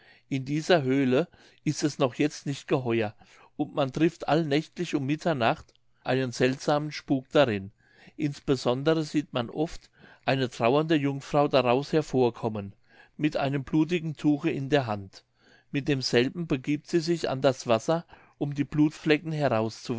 in dieser höhle ist es noch jetzt nicht geheuer und man trifft allnächtlich um mitternacht einen seltsamen spuck darin insbesondere sieht man oft eine trauernde jungfrau daraus hervorkommen mit einem blutigen tuche in der hand mit demselben begiebt sie sich an das wasser um die blutflecken